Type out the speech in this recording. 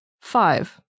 five